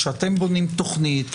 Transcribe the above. כשאתם בונים תוכנית,